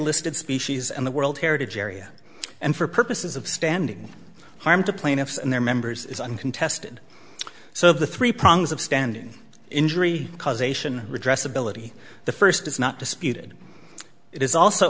listed species in the world heritage area and for purposes of standing harm to plaintiffs and their members is uncontested so the three prongs of standing injury causation redress ability the first is not disputed it is also